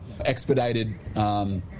expedited